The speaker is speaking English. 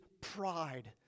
pride